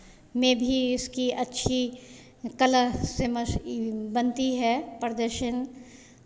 में भी इसकी अच्छी कला फ़ेमस ई बनती है प्रदर्शन